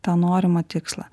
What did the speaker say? tą norimą tikslą